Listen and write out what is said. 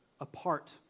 apart